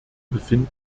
befinden